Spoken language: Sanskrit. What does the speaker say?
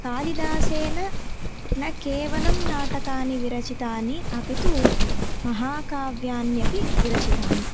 कालिदासेन न केवलं नाटकानि विरचितानि अपि तु महाकाव्यान्यपि विरचितानि